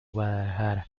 guadalajara